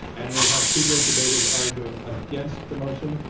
and we have two great debaters arguing against the motion.